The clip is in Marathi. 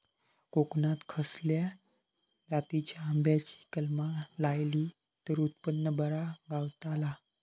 कोकणात खसल्या जातीच्या आंब्याची कलमा लायली तर उत्पन बरा गावताला?